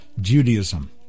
Judaism